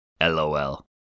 LOL